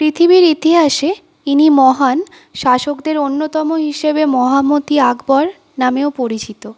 পৃথিবীর ইতিহাসে ইনি মহান শাসকদের অন্যতম হিসেবে মহামতি আকবর নামেও পরিচিত